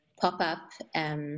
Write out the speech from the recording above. pop-up